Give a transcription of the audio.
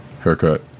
Haircut